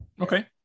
Okay